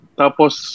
tapos